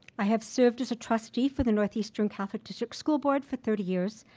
i have served as a trustee for the northeastern catholic district school board for thirty years.